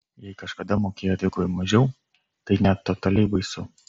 jei kažkada mokėjo dvigubai mažiau tai net totaliai baisu